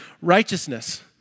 Righteousness